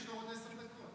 יש לו עוד עשר דקות.